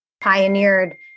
pioneered